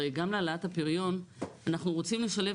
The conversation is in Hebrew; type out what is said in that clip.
הרי גם להעלאת הפריון אנחנו רוצים לשלב